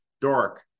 dark